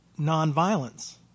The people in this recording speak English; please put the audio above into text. nonviolence